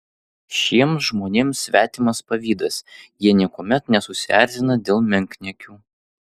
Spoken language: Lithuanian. šiems žmonėms svetimas pavydas jie niekuomet nesusierzina dėl menkniekių